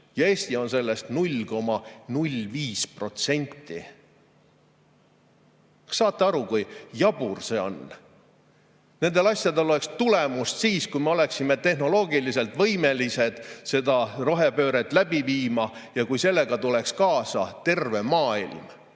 Ja Eesti on sellest 0,05%. Saate aru, kui jabur see on? Nendel asjadel oleks tulemust siis, kui me oleksime tehnoloogiliselt võimelised seda rohepööret läbi viima ja kui sellega tuleks kaasa terve maailm,